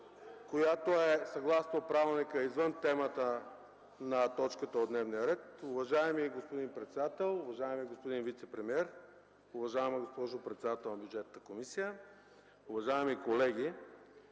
която съгласно правилника е извън точката от дневния ред. Уважаеми господин председател, уважаеми господин вицепремиер, уважаема госпожо председател на Бюджетната комисия, уважаеми колеги!